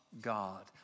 God